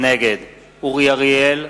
נגד אורי אריאל,